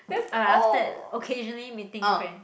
ah after that occasionally meeting friend